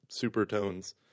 supertones